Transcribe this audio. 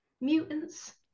Mutants